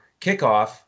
kickoff